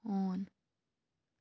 ہوٗن